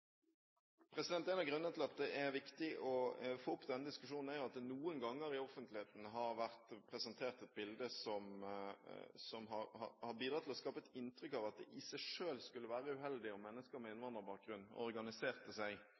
viktig å få opp denne diskusjonen, er jo at det noen ganger i offentligheten har vært presentert et bilde som har bidratt til å skape et inntrykk av at det i seg selv skulle være uheldig om mennesker med innvandrerbakgrunn organiserte seg